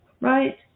Right